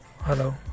hello